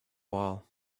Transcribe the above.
while